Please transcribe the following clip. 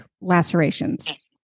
lacerations